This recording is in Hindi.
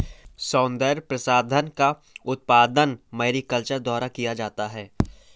सौन्दर्य प्रसाधन का उत्पादन मैरीकल्चर द्वारा किया जाता है